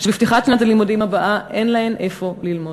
שבפתיחת שנת הלימודים הבאה אין להן איפה ללמוד.